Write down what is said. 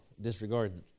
disregard